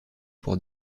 pour